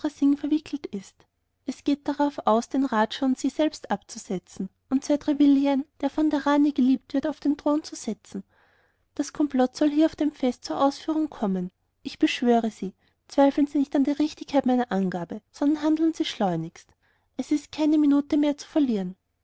verwickelt ist es geht darauf aus den raja und sie selbst abzusetzen und sir trevelyan der von der rani geliebt wird auf den thron zu setzen das komplott soll hier bei dem fest zur ausführung kommen ich beschwöre sie zweifeln sie nicht an der richtigkeit meiner angabe sondern handeln sie schleunigst es ist keine minute mehr zu verlieren